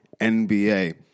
NBA